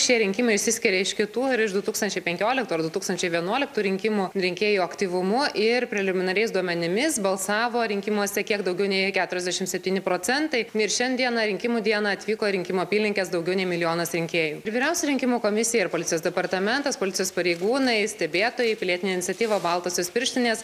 šie rinkimai išsiskiria iš kitų ir iš du tūkstančiai penkioliktų ar du tūkstančiai vienuoliktų rinkimų rinkėjų aktyvumu ir preliminariais duomenimis balsavo rinkimuose kiek daugiau nei keturiasdešmt septyni procentai ir šiandieną rinkimų dieną atvyko į rinkimų apylinkės daugiau nei milijonas rinkėjų vyriausia rinkimų komisija ir policijos departamentas policijos pareigūnai stebėtojai pilietinė iniciatyva baltosios pirštinės